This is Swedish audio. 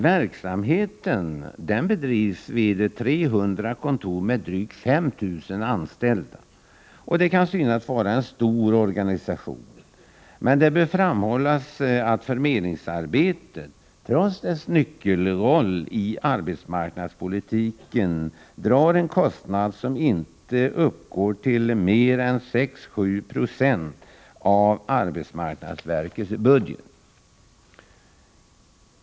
Verksamheten bedrivs vid 300 kontor med drygt 5 000 anställda. Det kan synas vara en stor organisation, men det bör framhållas att förmedlingsarbetet, trots dess nyckelroll i arbetsmarknadspolitiken, drar en kostnad som inte uppgår till mer än 6-7 £ av arbetsmarknadsverkets budget.